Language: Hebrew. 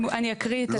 אני אקריא את הסעיף.